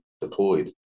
deployed